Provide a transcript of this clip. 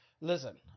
Listen